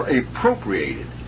appropriated